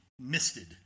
misted